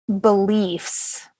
beliefs